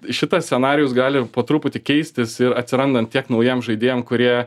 šitas scenarijus gali po truputį keistis ir atsirandant tiek naujiem žaidėjam kurie